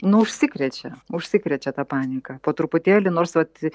nu užsikrečia užsikrečia ta panika po truputėlį nors vat